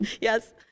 Yes